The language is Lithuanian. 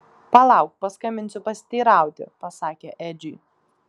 palauk paskambinsiu pasiteirauti pasakė edžiui